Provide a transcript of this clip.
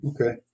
Okay